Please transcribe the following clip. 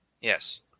yes